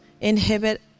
inhibit